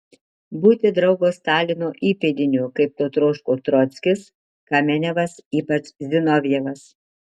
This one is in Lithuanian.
būti draugo stalino įpėdiniu kaip to troško trockis kamenevas ypač zinovjevas